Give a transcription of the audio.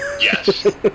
Yes